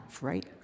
Right